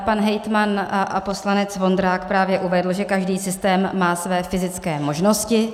Pan hejtman a poslanec Vondrák právě uvedl, že každý systém má své fyzické možnosti.